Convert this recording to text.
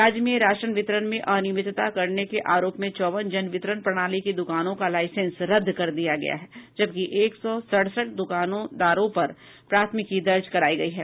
राज्य में राशन वितरण में अनियमितता करने के आरोप में चौवन जनवितरण प्रणाली की दुकानों का लाईसेंस रद्द कर दिया गया है जबकि एक सौ सड़सठ दुकानदारों पर प्राथमिकी दर्ज करायी गयी है